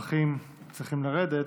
בכך ששעות המתמחים צריכות לרדת.